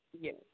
Yes